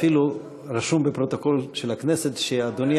אפילו רשום בפרוטוקול של הכנסת שאדוני